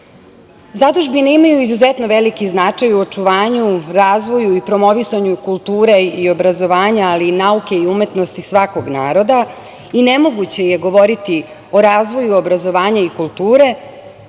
deci. Zadužbine imaju izuzetno veliki značaj u očuvanju, razvoju i promovisanju kulture i obrazovanja, ali i nauke i umetnosti svakog naroda i nemoguće je govoriti o razvoju obrazovanja i kulture